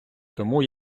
тому